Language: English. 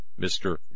Mr